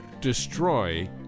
destroy